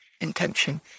intention